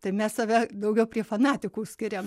tai mes save daugiau prie fanatikų skiriam